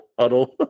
huddle